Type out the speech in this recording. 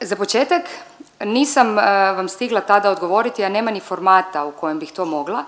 Za početak nisam vam stigla tada odgovoriti, a nema ni formata u kojem bih to mogla.